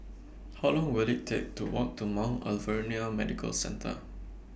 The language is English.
How Long Will IT Take to Walk to Mount Alvernia Medical Centre